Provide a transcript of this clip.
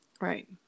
right